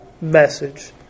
message